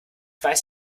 weiß